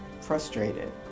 frustrated